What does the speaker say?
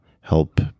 help